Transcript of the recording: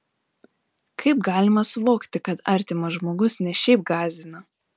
kaip galima suvokti kad artimas žmogus ne šiaip gąsdina